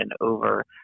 over